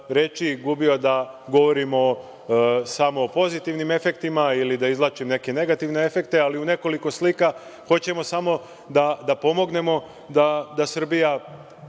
da govorim samo o pozitivnim efektima ili da izvlačim neke negativne efekte, ali u nekoliko slika hoćemo samo da pomognemo da Srbija